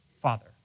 father